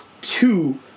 two